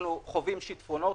אנחנו חווים שיטפונות,